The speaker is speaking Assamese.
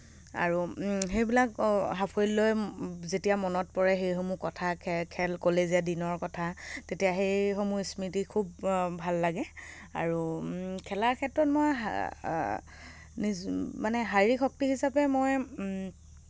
আৰু সেইবিলাক সাফল্যই যেতিয়া মনত পৰে সেইসমূহ কথা খেল কলেজীয়া দিনৰ কথা তেতিয়া সেইসমূহ স্মৃতি খুব ভাল লাগে আৰু খেলাৰ ক্ষেত্ৰত মই মানে হাৰি শক্তি হিচাপে মই